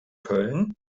köln